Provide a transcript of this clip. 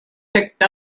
picked